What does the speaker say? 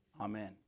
Amen